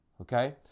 okay